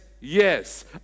yes